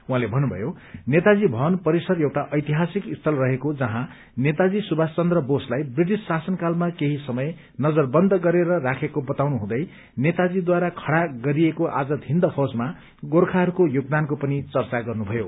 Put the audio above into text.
उहाँले भन्नुभयो नेताजी भवन परिसर एउटा ऐतिहासिक स्थल रहेको जहाँ नेताजी सुभाष चन्द्र बोसलाई ब्रिटिश शासन कालमा केही समय नजरबन्द गरेर राखेको बताउँनु हुँदै नेताजीद्वारा खड़ा गरिएको आजाद हिन्द फौजमा गोर्खाहरूको योगदानको पनि चर्चा गर्नुभयो